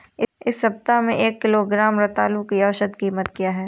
इस सप्ताह में एक किलोग्राम रतालू की औसत कीमत क्या है?